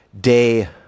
day